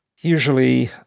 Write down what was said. usually